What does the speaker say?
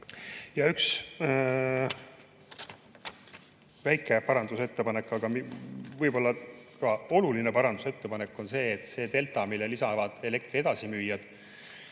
Üks väike, aga võib-olla ka oluline parandusettepanek on see, et see delta, mille lisavad elektri edasimüüjad